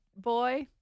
boy